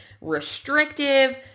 restrictive